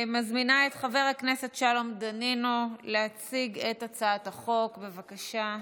חבר הכנסת שלום דנינו להציג את הצעת החוק, בבקשה.